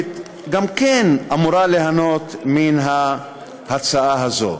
הדרוזית גם כן אמורה ליהנות מן ההצעה הזאת,